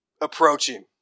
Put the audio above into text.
approaching